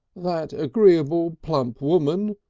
that agreeable plump woman,